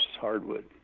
Hardwood